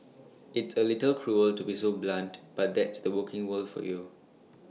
it's A little cruel to be so blunt but that's the working world for you